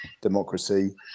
democracy